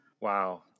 Wow